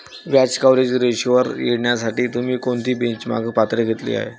व्याज कव्हरेज रेशोवर येण्यासाठी तुम्ही कोणती बेंचमार्क पातळी घेतली आहे?